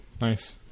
Nice